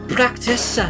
Practice